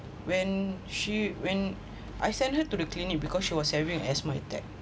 when she when I sent her to the clinic because she was having asthma attack